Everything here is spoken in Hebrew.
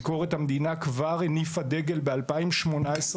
ביקורת המדינה כבר ״הניפה דגל״ שתוכנית